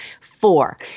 four